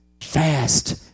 fast